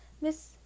Miss